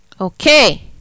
okay